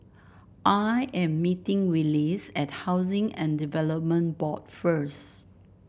I am meeting Willis at Housing and Development Board first